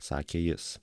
sakė jis